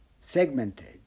segmented